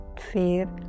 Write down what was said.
Fear